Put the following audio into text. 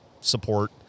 support